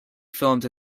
filmed